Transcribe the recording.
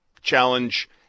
Challenge